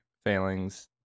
failings